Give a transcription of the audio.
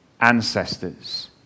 ancestors